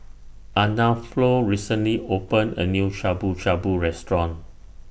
Arnulfo recently opened A New Shabu Shabu Restaurant